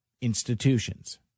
institutions